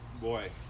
boy